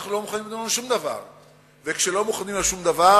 אנחנו לא מוכנים לדון על שום דבר.